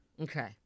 Okay